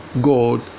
God